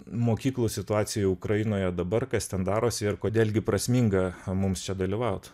mokyklų situacija ukrainoje dabar kas ten darosi ir kodėl gi prasminga mums čia dalyvaut